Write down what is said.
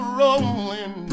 rolling